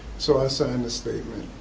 so i signed the statement.